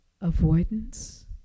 Avoidance